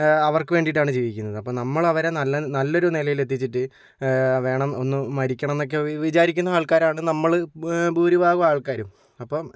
അവർക്ക് വേണ്ടിയിട്ടാണ് ജീവിക്കുന്നത് അപ്പോൾ നമ്മളവരെ നല്ല നല്ലൊരു നിലയിലെത്തിച്ചിട്ട് വേണം ഒന്ന് മരിക്കണം എന്നൊക്കെ വിചാരിക്കുന്ന ആൾക്കാരാണ് നമ്മൾ ഭൂരിഭാഗം ആൾക്കാരും അപ്പം